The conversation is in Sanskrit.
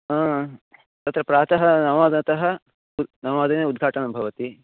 हा अत्र तत्र प्रातः नववादतः नववादने उद्घाटनं भवति